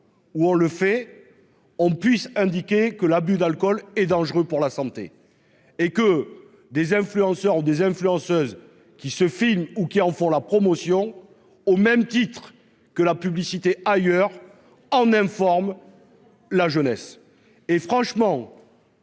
Où on le fait on puisse indiquer que l'abus d'alcool est dangereux pour la santé et que des influenceurs des influenceuses qui ce film ou qui en font la promotion au même titre que la publicité ailleurs en forment. La jeunesse et franchement.